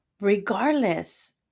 regardless